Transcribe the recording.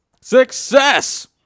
Success